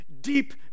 deep